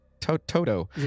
Toto